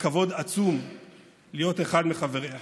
וכבוד עצום להיות אחד מחבריה.